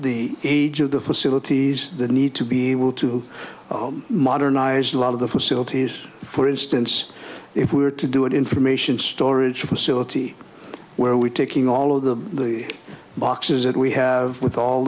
the age of the facilities that need to be able to modernize a lot of the facilities for instance if we were to do it information storage facility where we taking all of the boxes that we have with all